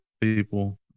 people